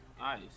Nice